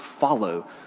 follow